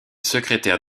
secrétaire